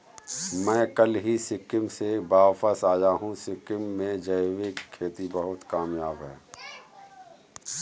मैं कल ही सिक्किम से वापस आया हूं सिक्किम में जैविक खेती बहुत कामयाब है